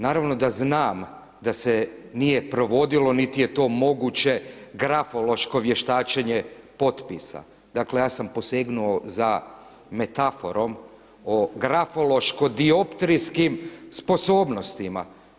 Naravno da znam da se nije provodilo niti je to moguće grafološko vještačenje potpisa, dakle ja sam posegnuo za metaforom o grafološko dioptrijskim sposobnostima.